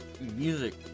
music